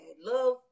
Love